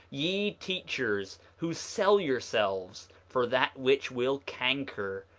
ye teachers, who sell yourselves for that which will canker,